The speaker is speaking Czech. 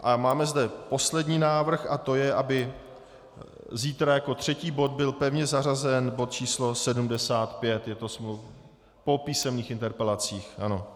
A máme zde poslední návrh a to je, aby zítra jako třetí bod byl pevně zařazen bod číslo 75 po písemných interpelacích, ano.